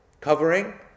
covering